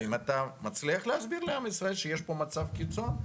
ואם אתה מצליח להסביר לעם ישראל שיש פה מצב קיצון,